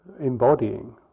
embodying